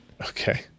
okay